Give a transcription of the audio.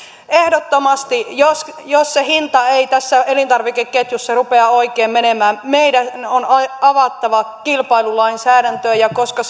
ehdottomasti jos jos se hinta ei tässä elintarvikeketjussa rupea menemään oikein meidän on avattava kilpailulainsäädäntöä ja koska